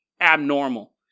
abnormal